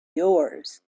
yours